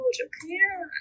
japan